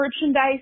merchandise